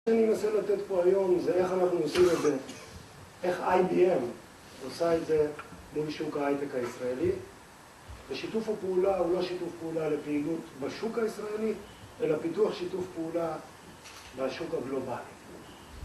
מה שאני מנסה לתת פה היום זה איך אנחנו עושים את זה, איך IBM עושה את זה בין שוק ההייטק הישראלי, ושיתוף הפעולה הוא לא שיתוף פעולה לפעילות בשוק הישראלי, אלא פיתוח שיתוף פעולה בשוק הגלובלי.